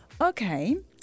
okay